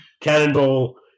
Cannonball